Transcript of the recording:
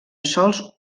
sols